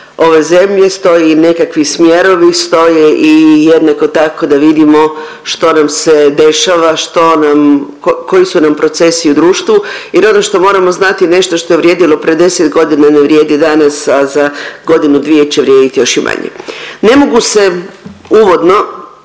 ove zemlje, stoje i nekakvi smjerovi, stoje i jednako tako da vidimo što nam se dešava, što nam, koji su nam procesi u društvu jer ono što moramo znati nešto što je vrijedilo pre 10.g. ne vrijedi danas, a za godinu dvije će vrijedit još i manje. Ne mogu se uvodno